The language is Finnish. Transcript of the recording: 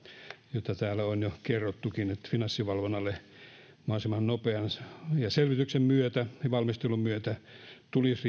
josta täällä on jo kerrottukin että finanssivalvonnalle mahdollisimman nopean selvityksen myötä valmistelun myötä tulisi